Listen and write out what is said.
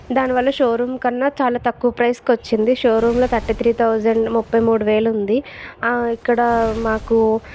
దానివల్ల షోరూం కన్నా చాలా తక్కువ ప్రైజ్ కి వచ్చింది షో రూమ్ లో థర్టీ త్రీ థౌసండ్ ముప్పై మూడు వేలుంది ఇక్కడ మాకు